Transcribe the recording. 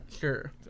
sure